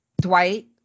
Dwight